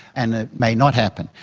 and it may not happen.